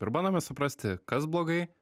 ir bandome suprasti kas blogai